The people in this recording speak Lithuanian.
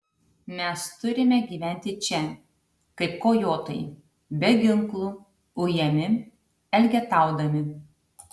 mes turime gyventi čia kaip kojotai be ginklų ujami elgetaudami